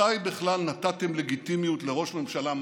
מתי בכלל נתתם לגיטימיות לראש ממשלה מהימין?